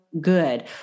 good